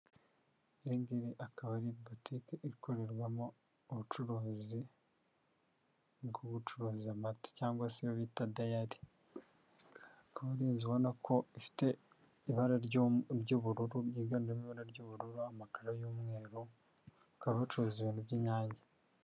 Agiri akaba ari botiqu ikorerwamo ubucuruzi bw'ubucuruza amata cyangwa se bita diyad cal ubona ko ifite ibara ry'ubururu rganmo ibara ry'bururu amakara y'umweru bakabacuruza ibintu by'inyange.